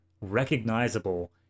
recognizable